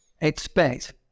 expect